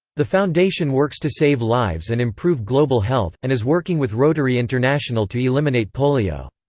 the foundation works to save lives and improve global health, and is working with rotary international to eliminate polio.